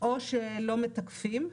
או שלא מתקפים,